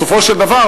בסופו של דבר,